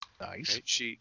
nice